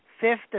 Fifth